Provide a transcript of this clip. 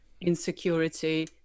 insecurity